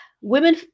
women